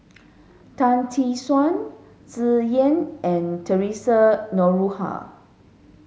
Tan Tee Suan Tsung Yeh and Theresa Noronha